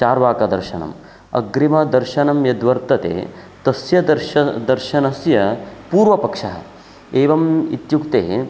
चार्वाकदर्शनम् अग्रिमदर्शनं यद्वर्तते तस्य दर्श दर्शनस्य पूर्वपक्षः एवम् इत्युक्ते